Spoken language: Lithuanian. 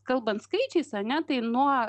kalbant skaičiais ar ne tai nuo